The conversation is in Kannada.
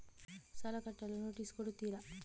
ಸಾಲ ಕಟ್ಟಲು ನೋಟಿಸ್ ಕೊಡುತ್ತೀರ?